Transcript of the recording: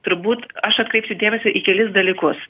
turbūt aš atkreipsiu dėmesį į kelis dalykus